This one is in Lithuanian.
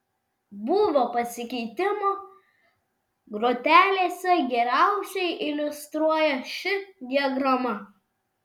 būvio pasikeitimą grotelėse geriausiai iliustruoja ši diagrama